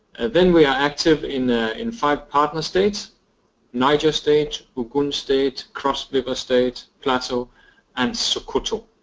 then we are active in ah in five partner states niger state, ogun state, cross river state, plateau and sokoto.